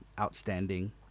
outstanding